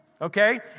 Okay